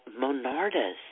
monardas